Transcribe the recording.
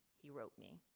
he wrote me,